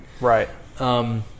Right